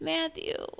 Matthew